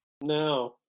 No